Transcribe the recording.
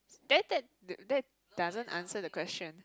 then that that that doesn't answer the question